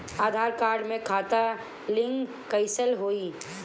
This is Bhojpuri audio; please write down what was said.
आधार कार्ड से खाता लिंक कईसे होई?